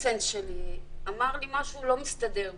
הבריא שלי אמר לי שמשהו לא מסתדר פה,